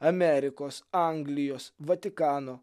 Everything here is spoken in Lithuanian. amerikos anglijos vatikano